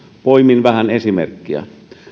poimin vähän esimerkkejä